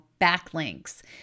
backlinks